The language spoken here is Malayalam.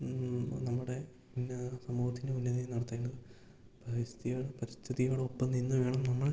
ഈ നമ്മുടെ ഉന്നത സമൂഹത്തിന് ഉന്നതി നടത്തേണ്ടത് പരിസ്ഥിതികൾ പരിസ്ഥിതികൾക്കൊപ്പം നിന്നുവേണം നമ്മൾ